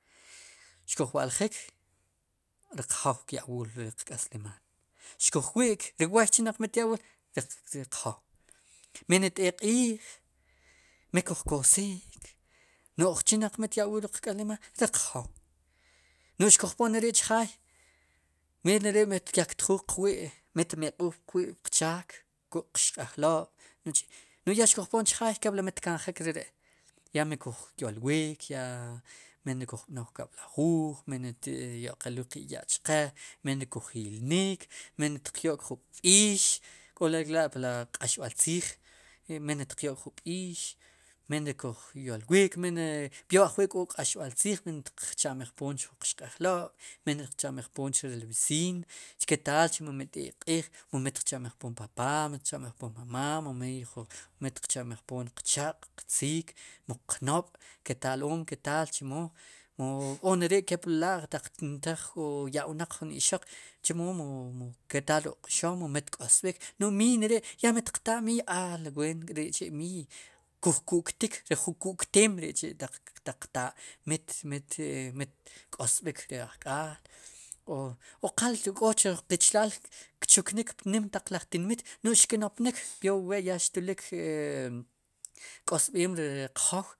Xkuj waljik riq jow kya'wil riq k'aslimaal xkuj wi'k ri woy chinaq mit ya'wuul riq riq jow mi ne t'eek q'iij mi kuj kosiik no'j chinaq mit ya'wuul riq k'aslimaal riq jow noj xkuj ponneri'chjaay miy neri'xtyek tjuul qwi' mit meq'uul qwi' pchaak kuk'qxq'ajlob' no'j ya xkujpon chajaay ya mit kanjik reri' ya miy kul yolwik ya mine kuj b'noy kab'lajuuj miyne xti'yo'qelul qe'ya'chqe miyne kujilnik miyne tiqyo'k jun b'iix k'olik re la'pri q'axb'al tziij miyne'tiqyo'jun b'iix miyne'kuj yolwiik peor ajwi'k'o q'axb'al tziij mitiq chamb'ejpoon jun qxq'alob' miyne tiqchamb'ej poom ri b'eciin quetaal chemo mi t'eek iq'iij mit qchab'ej poom papá, mitiq chamb'ej poom máma' mu miiy tiq chamb'ejpoom jun qchaq' qtziik muq nob' ketal om chemo mu k'oneri' kepli laa yab'wnaq jun ixoq chomo ketaal ri q'xom mu miy tk'osb'ik no'j miiy neri' yamitiq taa miiy a mele qeen ween k'ri'chi' miiy kujku'ktik ri jun k'u'kteem nim ri chi' taq qtaa mit mit mit k'osb'ik ri ajk'aal o qal ok'och jun qichilaal kchuknik nim ptaq laj tinmit no'j xkinopnik peor wuwe ya xtulik k e 'osb'een rech qjow.